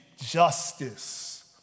justice